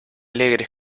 alegre